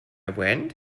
went